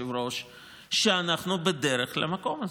שאנחנו בדרך למקום הזה,